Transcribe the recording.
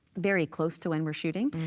very close to when we're shooting,